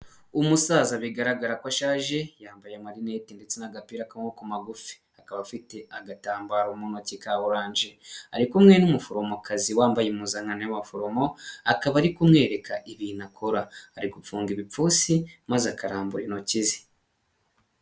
Umusaza bigaragara ko ashaje yambaye marinete ndetse n'agapira k'amabokoko magufi, akaba afite agatambaro mu ntoki ka orange, ari kumwe n'umuforomokazi wambaye impuzankano z'abaforomo akaba ari kumwereka ibintu akora, ari gufunga ibipfunsi maze akaramba intoki ze.